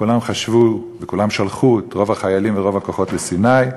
כולם חשבו וכולם שלחו את רוב החיילים ורוב הכוחות לסיני,